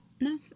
No